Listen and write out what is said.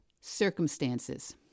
circumstances